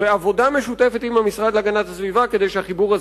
יש אנשים נפלאים: מהמנכ"ל החדש,